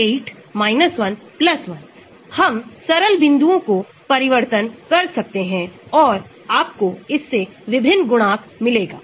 तो अगर इलेक्ट्रॉन को X की तरह वापस ले लिया जाता है और इसी तरह आपको anion मिलता है